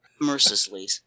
Mercilessly